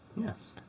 Yes